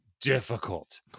difficult